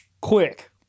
quick